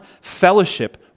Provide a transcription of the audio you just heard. fellowship